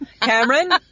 Cameron